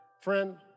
Friend